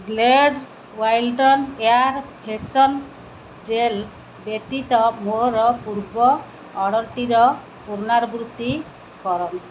Glade wild air freshener gel ବ୍ୟତୀତ ମୋର ପୂର୍ବ ଅର୍ଡ଼ର୍ଟିର ପୁନରାବୃତ୍ତି କରନ୍ତୁ